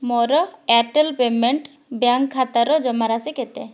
ମୋର Airtel payment bank ଖାତାର ଜମାରାଶି କେତେ